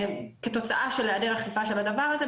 כתוצאה של היעדר אכיפה שבדבר הזה,